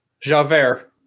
Javert